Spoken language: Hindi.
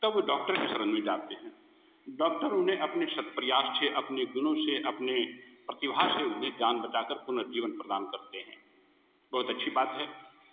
तब उ डॉक्टर के शरण में जाते हैं डॉक्टर उन्हें अपने सतप्रयास से अपने गुणों से अपने प्रतिभा से उन्हें जान बचा कर पुनर्जीवन प्रदान करते हैं बहुत अच्छी बात है